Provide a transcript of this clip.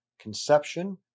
conception